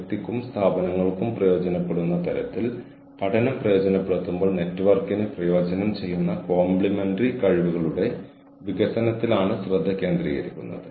കൂടാതെ നിങ്ങളെല്ലാവരും ഈ കോഴ്സുകൾക്ക് എൻറോൾ ചെയ്യുമ്പോൾ അത് ഞങ്ങളുടെ ആത്മവിശ്വാസം വർധിപ്പിക്കുന്നു